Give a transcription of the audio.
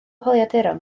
holiaduron